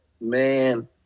Man